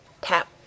tap